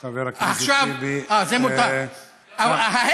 לא, זה מותר על פי החוק.